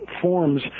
forms